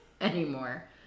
anymore